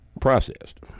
processed